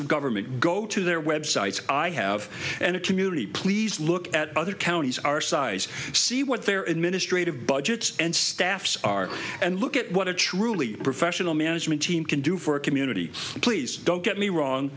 of government go to their web sites i have and a community please look at other counties are size see what their administrative budgets and staffs are and look at what a truly professional management team can do for a community please don't get me wrong